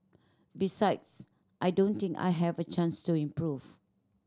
besides I don't think I have a chance to improve